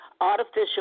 artificial